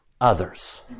others